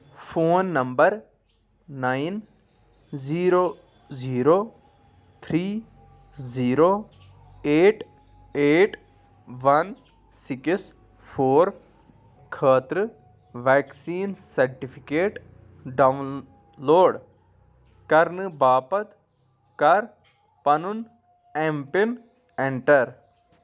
phone number nine zero zero three zero eight eight one six four خٲطرٕ vaccine certificate download کَرنہٕ باپتھ کَر پَنُن M PIN enter